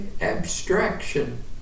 abstraction